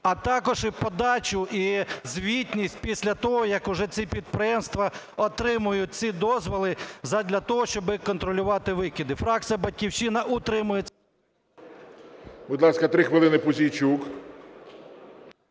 а також і подачу, і звітність після того, як уже ці підприємства отримають ці дозволи, задля того щоб контролювати викиди. Фракція "Батьківщина" утримається... ГОЛОВУЮЧИЙ. Будь ласка, 3 хвилини, Пузійчук.